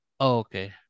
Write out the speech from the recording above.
Okay